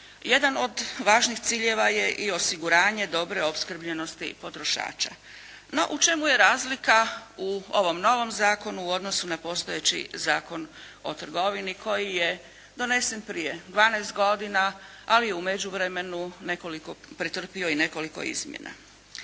Jedan od važnih ciljeva je i osiguranje dobre opskrbljenosti potrošača. No, u čemu je razlika u ovom novom zakonu u odnosu na postojeći Zakon o trgovini koji je donesen prije 12 godina, ali je u međuvremenu pretrpio i nekoliko izmjena.